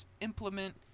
implement